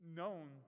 known